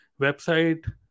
website